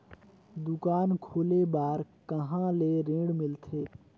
दुकान खोले बार कहा ले ऋण मिलथे?